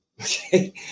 Okay